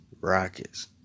Rockets